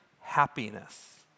happiness